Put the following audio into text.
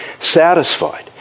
satisfied